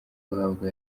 guhabwa